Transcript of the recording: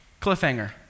cliffhanger